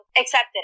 accepted